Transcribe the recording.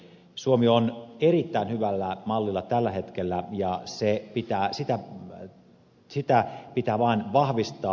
suomi on erittäin hyvällä mallilla tällä hetkellä ja sitä pitää vain vahvistaa